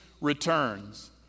returns